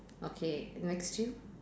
okay next you